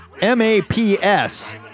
M-A-P-S